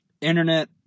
internet